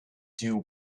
dew